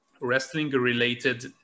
wrestling-related